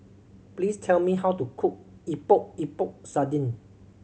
please tell me how to cook Epok Epok Sardin